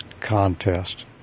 contest